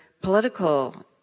political